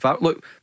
look